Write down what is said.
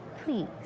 please